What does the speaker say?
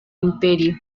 imperio